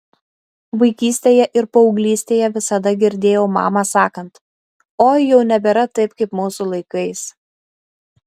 vaikystėje ir paauglystėje visada girdėjau mamą sakant oi jau nebėra taip kaip mūsų laikais